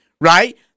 right